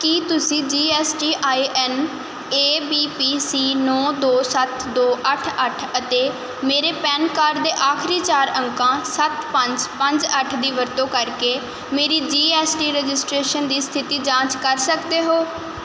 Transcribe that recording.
ਕੀ ਤੁਸੀਂ G S T I N A B P C ਨੌਂ ਦੋ ਸੱਤ ਦੋ ਅੱਠ ਅੱਠ ਅਤੇ ਮੇਰੇ ਪੈਨ ਕਾਰਡ ਦੇ ਆਖਰੀ ਚਾਰ ਅੰਕਾਂ ਸੱਤ ਪੰਜ ਪੰਜ ਅੱਠ ਦੀ ਵਰਤੋਂ ਕਰਕੇ ਮੇਰੀ ਜੀ ਐੱਸ ਟੀ ਰਜਿਸਟ੍ਰੇਸ਼ਨ ਦੀ ਸਥਿਤੀ ਦੀ ਜਾਂਚ ਕਰ ਸਕਦੇ ਹੋ